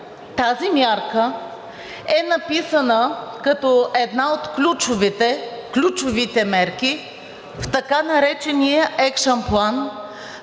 тази мярка е написана като една от ключовите мерки в така наречения екшън план